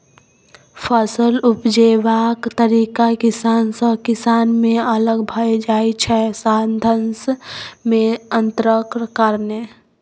फसल उपजेबाक तरीका किसान सँ किसान मे अलग भए जाइ छै साधंश मे अंतरक कारणेँ